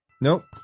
nope